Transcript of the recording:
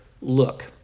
look